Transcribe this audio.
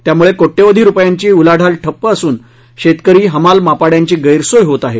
त्यामुळे कोट्यवधी रुपयांची उलाढाल ठप्प असून शेतकरी हमाल मापाङ्यांची गैरसोय होत आहे